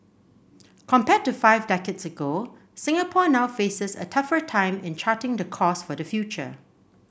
compared to five decades ago Singapore now faces a tougher time in charting the course for the future